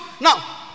Now